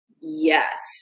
Yes